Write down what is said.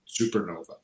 supernova